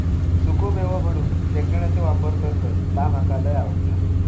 सुखो मेवो म्हणून शेंगदाण्याचो वापर करतत ता मका लय आवडता